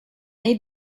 nei